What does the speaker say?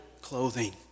clothing